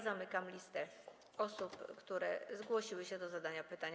Zamykam listę osób, które zgłosiły się do zadania pytania.